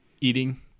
Eating